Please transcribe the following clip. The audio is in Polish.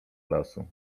lasu